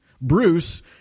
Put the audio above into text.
Bruce